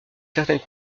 certaines